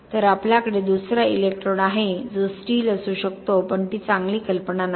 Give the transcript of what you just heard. तर आपल्याकडे दुसरा इलेक्ट्रोड आहे जो स्टील असू शकतो पण ती चांगली कल्पना नाही